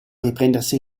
riprendersi